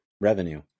revenue